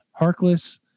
Harkless